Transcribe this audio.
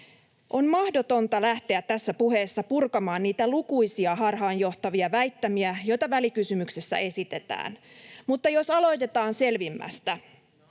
On mahdotonta lähteä tässä puheessa purkamaan niitä lukuisia harhaanjohtavia väittämiä, joita välikysymyksessä esitetään, mutta jos aloitetaan selvimmästä: